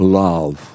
love